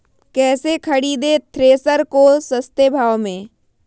कैसे खरीदे थ्रेसर को सस्ते भाव में?